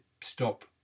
stop